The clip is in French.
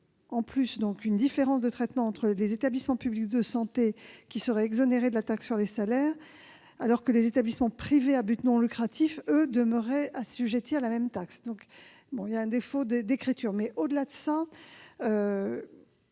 créerait une différence de traitement entre les établissements publics de santé qui seraient exonérés de la taxe sur les salaires, alors que les établissements privés à but non lucratif demeuraient, eux, assujettis à la même taxe. Il y a bien un défaut de rédaction. Au-delà, cette